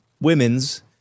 women's